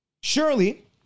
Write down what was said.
Surely